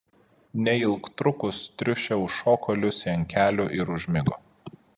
neilgtrukus triušė užšoko liusei ant kelių ir užmigo